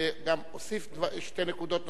וגם הוסיף שתי נקודות נוספות,